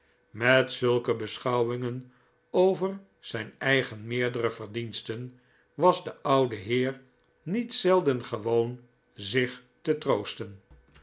met zulke beschouwingen over zijn eigen meerdere verdiensten was de oude heer niet zelden gewoon zich te troosten